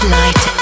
light